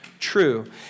true